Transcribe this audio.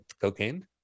cocaine